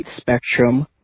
spectrum